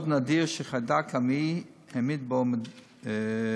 מאוד נדיר שחיידק המעי העמיד שבו מדובר,